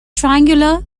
triangular